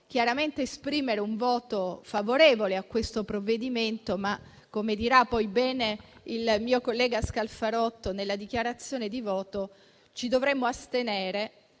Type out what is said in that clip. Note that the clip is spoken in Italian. chiaramente esprimere un voto favorevole a questo provvedimento, ma - come dirà bene il mio collega Scalfarotto nella dichiarazione di voto - ci dovremo astenere,